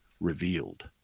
revealed